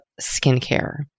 skincare